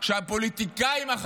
אל תהיו על הכתפיים שלנו.